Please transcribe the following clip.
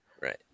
Right